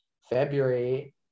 February